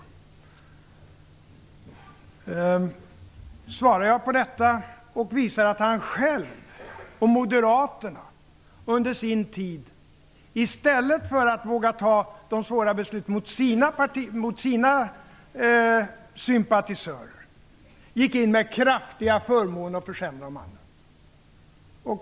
Då svarar jag på detta och visar att han själv och Moderaterna under sin tid, i stället för att våga ta de svåra besluten mot sina sympatisörer, gick in med kraftiga förmåner för vissa och försämringar för andra.